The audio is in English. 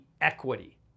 equity